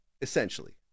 essentially